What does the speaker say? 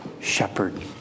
Shepherd